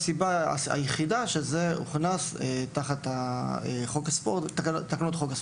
זוהי הסיבה היחידה שבגללה הוא הוכנס תחת תקנות חוק הספורט,